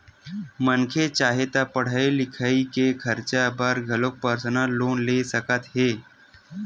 मनखे चाहे ता पड़हई लिखई के खरचा बर घलो परसनल लोन ले सकत हे